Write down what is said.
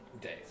days